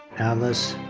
alice